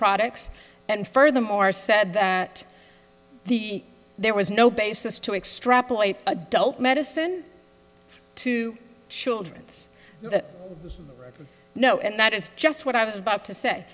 products and furthermore said that the there was no basis to extrapolate adult medicine to children's no and that is just what i was about to say